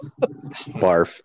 barf